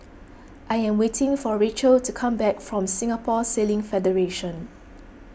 I am waiting for Rachelle to come back from Singapore Sailing Federation